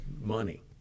money